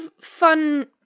fun –